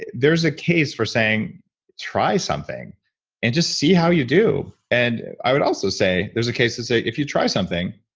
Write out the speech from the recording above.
and there's a case for saying try something and just see how you do and i would also say there's a case to say if you try something,